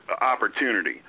opportunity